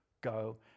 Go